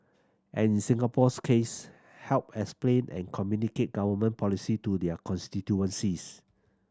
and in Singapore's case help explain and communicate Government policy to their constituencies